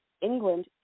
England